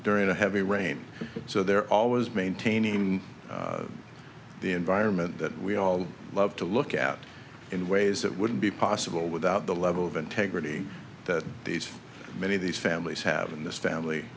during a heavy rain so they're always maintaining the environment that we all love to look at in ways that wouldn't be possible without the level of integrity that these many of these families have in this family